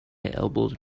elbowed